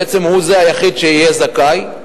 בעצם הוא היחיד שיהיה זכאי.